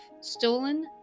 stolen